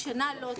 השנה לא.